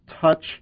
touch